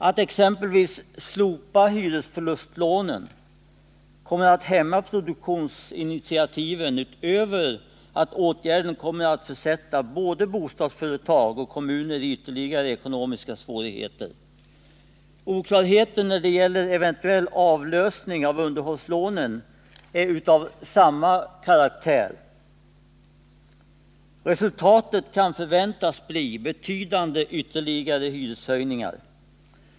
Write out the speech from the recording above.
Att exempelvis slopa hyresförlustlånen kommer att hämma produktionsinitiativen förutom att åtgärden kommer att försätta både bostadsföretag och kommuner i ytterligare ekonomiska svårigheter. Oklarheten när det gäller eventuell avlösning av underhållslånen är av samma karaktär. Resultatet kan förväntas bli betydande ytterligare hyreshöjningar.